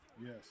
Yes